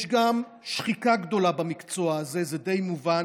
יש גם שחיקה גדולה במקצוע הזה, זה די מובן